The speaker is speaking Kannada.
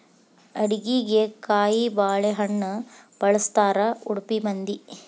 ಅಡಿಗಿಗೆ ಕಾಯಿಬಾಳೇಹಣ್ಣ ಬಳ್ಸತಾರಾ ಉಡುಪಿ ಮಂದಿ